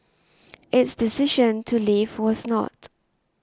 its decision to leave was not